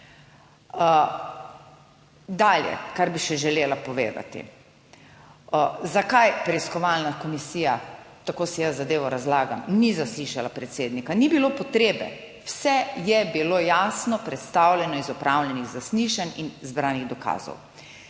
Dalje, kar bi še želela povedati, zakaj preiskovalna komisija, tako si jaz zadevo razlagam, ni zaslišala predsednika. Ni bilo potrebe, vse je bilo jasno predstavljeno, iz opravljenih zaslišanj in zbranih dokazov.